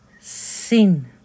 sin